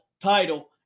title